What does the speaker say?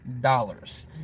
dollars